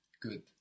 Good